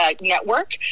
Network